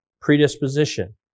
predisposition